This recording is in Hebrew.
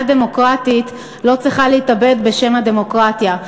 דמוקרטית לא צריכה להתאבד בשם הדמוקרטיה.